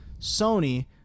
Sony